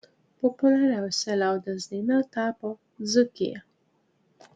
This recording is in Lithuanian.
populiariausia liaudies daina tapo dzūkija